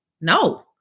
no